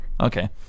okay